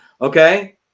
okay